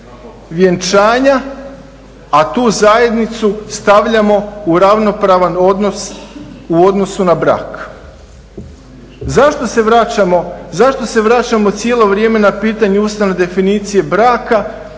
vjenčanja, a tu zajednicu stavljamo u ravnopravan odnos u odnosu na brak. Zašto se vraćamo cijelo vrijeme na pitanje ustavne definicije braka